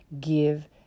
give